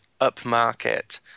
upmarket